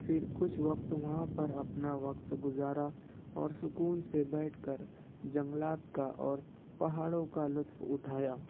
پھر کچھ وقت وہاں پر اپنا وقت گزارا اور سکون سے بیٹھ کر جنگلات کا اور پہاڑوں کا لُطف اُٹھایا